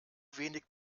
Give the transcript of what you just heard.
wenig